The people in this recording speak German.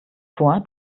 vor